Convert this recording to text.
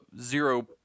zero